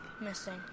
missing